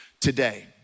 today